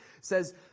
says